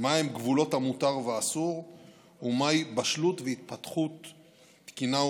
מהם גבולות המותר והאסור ומהי בשלות והתפתחות תקינה,